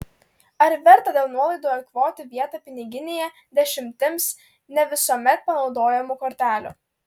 ar verta dėl nuolaidų eikvoti vietą piniginėje dešimtims ne visuomet panaudojamų kortelių